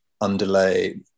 underlay